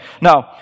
Now